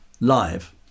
live